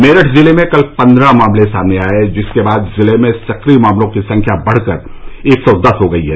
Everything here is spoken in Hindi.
मेरठ जिले में कल पन्द्रह मामले सामने आये जिसके बाद जिले में सक्रिय मामलों की संख्या बढ़कर एक सौ दस हो गई है